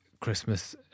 Christmas